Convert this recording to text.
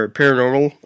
paranormal